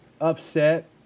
upset